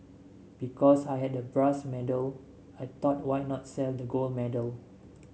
because I had the brass medal I thought why not sell the gold medal